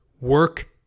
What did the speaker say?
Work